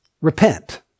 Repent